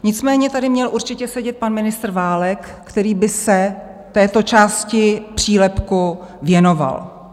Nicméně tady měl určitě sedět pan ministr Válek, který by se této části přílepku věnoval.